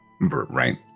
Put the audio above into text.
Right